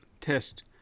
test